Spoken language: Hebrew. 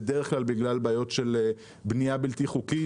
בדרך כלל בגלל בעיות של בנייה בלתי חוקית